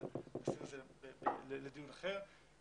אבל הנושא הזה לדיון אחר,